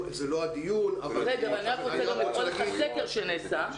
זה לא הדיון היום --- אני רק רוצה לקרוא לך מסקר שנעשה,